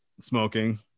smoking